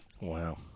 Wow